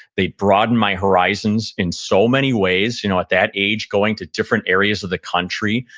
they'd broadened by horizons in so many ways. you know at that age, going to different areas of the country,